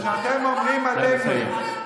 נא לסיים.